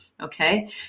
Okay